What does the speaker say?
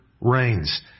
reigns